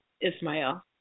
Ismael